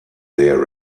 there